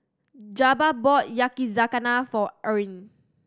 Jabbar bought Yakizakana for Arne